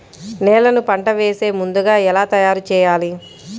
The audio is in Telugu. నేలను పంట వేసే ముందుగా ఎలా తయారుచేయాలి?